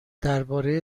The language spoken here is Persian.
درباره